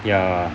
ya